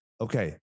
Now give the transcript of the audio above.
okay